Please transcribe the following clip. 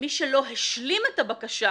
שמי שלא השלים את הבקשה,